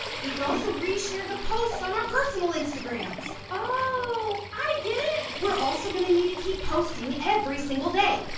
we could also reshare the posts on our personal instagrams! oh, i get it! we're also going to need to keep posting every single day,